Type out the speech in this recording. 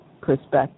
perspective